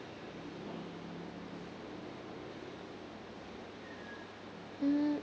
mm